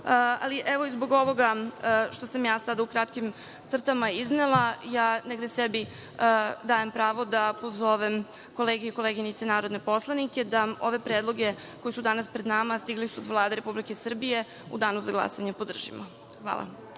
ali, evo, i zbog ovoga što sam ja sada u kratkim crtama iznela, ja negde sebi dajem pravo da pozovem kolege i koleginice narodne poslanike da ove predloge koji su danas pred nama a stigli su od Vlade Republike Srbije u Danu za glasanje podržimo. Hvala.